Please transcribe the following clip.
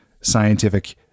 scientific